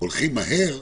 הולכים מהר,